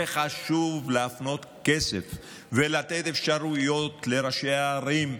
זה חשוב להפנות כסף ולתת אפשרויות לראשי הערים.